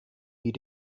wie